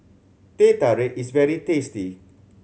Teh Tarik is very tasty